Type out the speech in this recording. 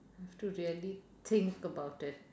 have to really think about it